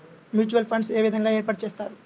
Mutual funds ఏ విధంగా ఏర్పాటు చేస్తారు?